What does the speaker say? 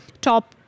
top